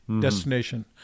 Destination